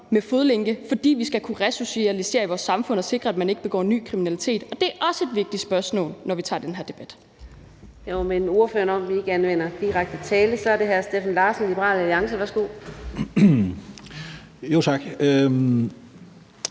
med fodlænke, fordi vi skal kunne resocialisere folk i vores samfund og sikre, at man ikke begår ny kriminalitet. Og det er også et vigtigt spørgsmål, når vi tager den her debat. Kl. 13:09 Fjerde næstformand (Karina Adsbøl): Jeg må minde ordføreren om, at vi ikke anvender direkte tiltale. Så er det hr. Steffen Larsen, Liberal Alliance. Værsgo. Kl. 13:09